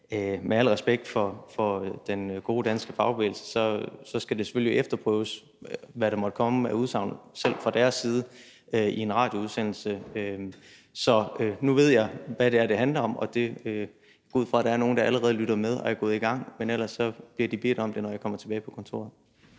Med al respekt for den gode danske fagbevægelse skal det selvfølgelig efterprøves, hvad der måtte komme af udsagn selv fra deres side i en radioudsendelse. Så nu ved jeg, hvad det er, det handler om, og jeg går ud fra, at der er nogle, der allerede lytter med og er gået i gang, men ellers bliver de bedt om det, når jeg kommer tilbage på kontoret.